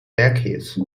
decades